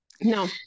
no